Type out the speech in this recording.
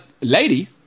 lady